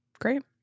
Great